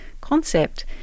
concept